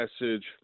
message